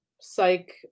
psych